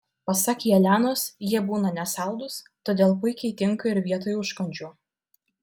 pasak jelenos jie būna nesaldūs todėl puikiai tinka ir vietoj užkandžių